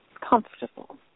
comfortable